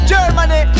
Germany